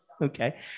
Okay